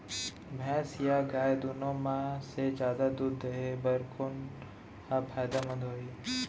भैंस या गाय दुनो म से जादा दूध देहे बर कोन ह फायदामंद होही?